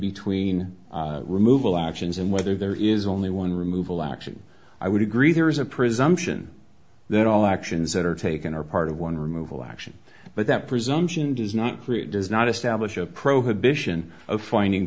between removal options and whether there is only one removal action i would agree there is a presumption that all actions that are taken are part of one removal action but that presumption does not create does not establish a prohibition of finding